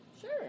Sure